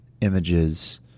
images